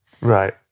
Right